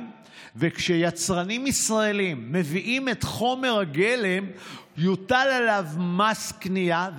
וכשיצרנים ישראלים מביאים את חומר הגלם מוטל עליו מס קנייה,